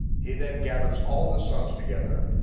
he then gathers all the sons together,